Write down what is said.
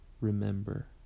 remember